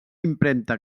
impremta